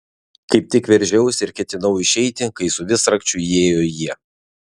kaip tik veržiausi ir ketinau išeiti kai su visrakčiu įėjo jie